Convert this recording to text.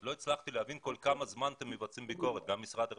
לא הצלחתי להבין כל כמה זמן אתם מבצעים ביקורת וכך גם לגבי משרד הרווחה.